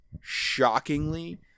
shockingly